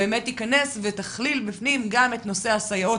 באמת תכליל בפנים גם את נושא הסייעות,